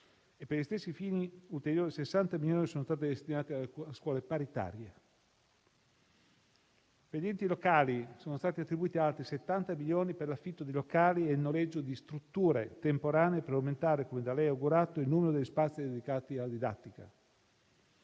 per gli stessi fini, ulteriori 60 milioni sono stati destinati alle scuole paritarie. Per gli enti locali sono stati attribuiti altri 70 milioni per l'affitto di locali e noleggio di strutture temporanee per aumentare, come da lei augurato, il numero degli spazi dedicati alla didattica.